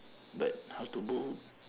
but how to book